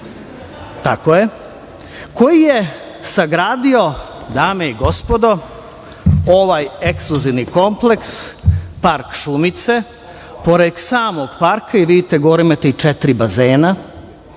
Ćuskija, koji je sagradio, dame i gospodo, ovaj ekskluzivni kompleks Park „Šumice“ pored samog parka. Vidite, gore imate četiri bazena.